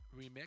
remix